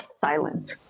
silent